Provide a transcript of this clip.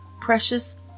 precious